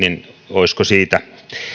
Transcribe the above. olisiko siitä